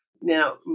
Now